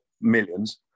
millions